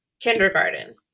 kindergarten